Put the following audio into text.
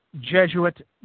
Jesuit